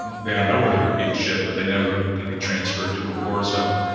they don't know where they're being shipped, but they know they're going to be transferred to a war zone.